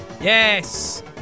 Yes